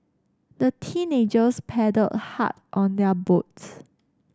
the teenagers paddled hard on their boats